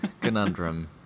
conundrum